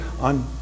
on